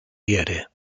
erde